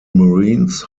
marines